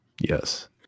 Yes